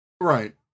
Right